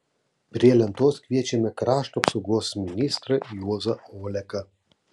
prie lentos kviečiame krašto apsaugos ministrą juozą oleką